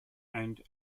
and